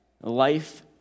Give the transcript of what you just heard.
life